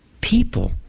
people